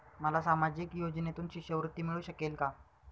मला सामाजिक योजनेतून शिष्यवृत्ती मिळू शकेल का?